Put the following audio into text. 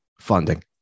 funding